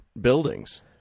buildings